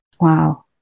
Wow